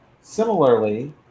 similarly